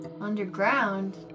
underground